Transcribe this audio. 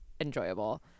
enjoyable